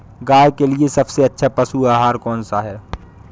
गाय के लिए सबसे अच्छा पशु आहार कौन सा है?